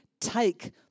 Take